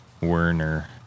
Werner